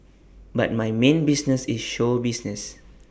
but my main business is show business